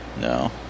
no